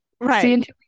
right